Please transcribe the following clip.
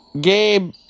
Gabe